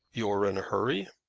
you are in a hurry?